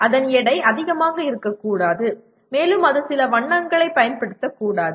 அதன் எடை அதிகமாக இருக்கக்கூடாது மேலும் அது சில வண்ணங்களைப் பயன்படுத்தக்கூடாது